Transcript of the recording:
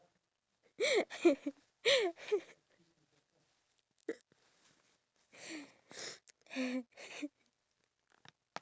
like they put like um something in the middle and then they get this like compressor where it just squishes the thing until it breaks